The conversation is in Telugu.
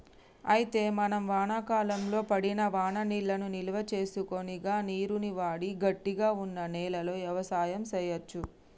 అయితే మనం వానాకాలంలో పడిన వాననీళ్లను నిల్వసేసుకొని గా నీరును వాడి గట్టిగా వున్న నేలలో యవసాయం సేయచ్చు